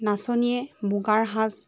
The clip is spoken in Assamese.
নাচনীয়ে মুগাৰ সাজ